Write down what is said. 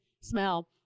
smell